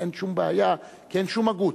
אין שום בעיה כי אין שום הגות.